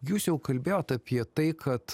jūs jau kalbėjot apie tai kad